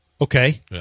Okay